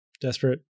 Desperate